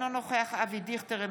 אינו נוכח אבי דיכטר,